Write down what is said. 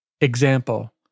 Example